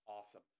awesome